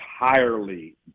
entirely